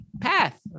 path